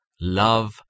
love